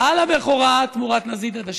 על הבכורה תמורת נזיד עדשים.